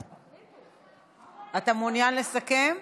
אתה מעוניין לסכם?